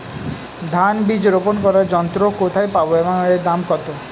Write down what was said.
ধান বীজ রোপন করার যন্ত্র কোথায় পাব এবং এর দাম কত?